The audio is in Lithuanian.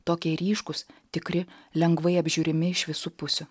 tokie ryškūs tikri lengvai apžiūrimi iš visų pusių